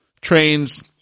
trains